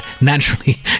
naturally